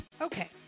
Okay